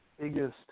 biggest